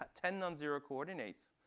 ten non-zero coordinates,